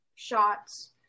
Shots